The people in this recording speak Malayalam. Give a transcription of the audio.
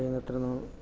കഴിയുന്നത്ര